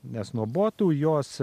nes nuo botų jos